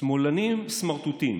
שמאלנים סמרטוטים,